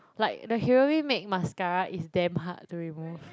like the heroine make mascara is damn hard to remove